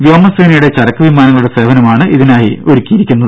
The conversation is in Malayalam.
വ്യോമസേനയുടെ ചരക്ക് വിമാനങ്ങളുടെ സേവനമാണ് ഇതിനായി ലഭ്യമാക്കിയിരിക്കുന്നത്